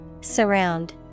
Surround